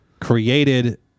created